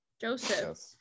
Joseph